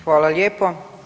Hvala lijepo.